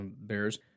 Bears